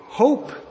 Hope